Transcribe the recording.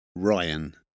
Ryan